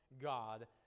God